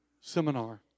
seminar